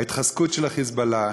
ההתחזקות של ה"חיזבאללה",